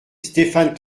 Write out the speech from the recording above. stéphane